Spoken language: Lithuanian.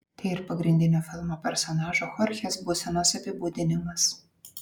tai ir pagrindinio filmo personažo chorchės būsenos apibūdinimas